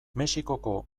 mexikoko